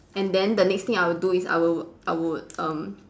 and then the next thing I will do is I would I would um